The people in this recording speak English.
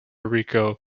rico